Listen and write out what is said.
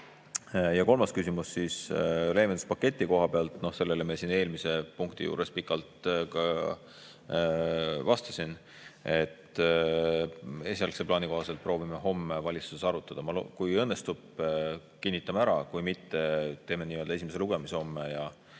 Ja kolmas küsimus leevenduspaketi koha pealt – sellele ma siin eelmise punkti juures pikalt vastasin. Esialgse plaani kohaselt proovime homme valitsuses seda arutada, kui õnnestub, kinnitame ära, kui mitte, teeme nii-öelda esimese lugemise homme ja